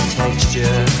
texture